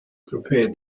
prepared